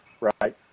Right